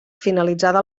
finalitzada